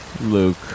Luke